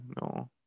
No